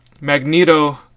Magneto